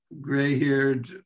gray-haired